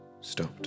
stopped